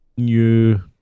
New